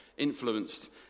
Influenced